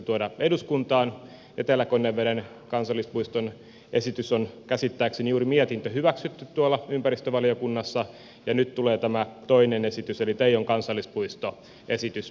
mietintö koskien esitystä etelä konneveden kansallispuistosta on käsittääkseni juuri hyväksytty ympäristövaliokunnassa ja nyt eduskuntaan tulee tämä toinen eli esitys teijon kansallispuistosta